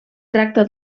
tracta